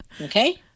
Okay